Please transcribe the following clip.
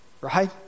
right